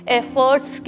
efforts